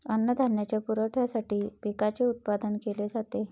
अन्नधान्याच्या पुरवठ्यासाठी पिकांचे उत्पादन केले जाते